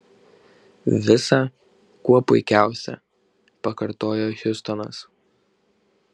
visa kuo puikiausia pakartojo hjustonas